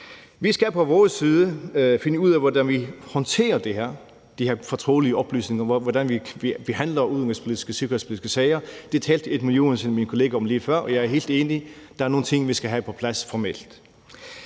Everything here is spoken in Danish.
Vi skal fra vores side finde ud af, hvordan vi håndterer de her fortrolige oplysninger, altså hvordan vi behandler udenrigspolitiske og sikkerhedspolitiske sager. Det talte Edmund Joensen, min kollega, om lige før, og jeg er helt enig. Der er nogle ting, vi skal have på plads formelt.